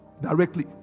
directly